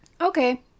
Okay